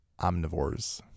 omnivores